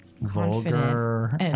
Vulgar